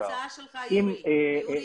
יורי,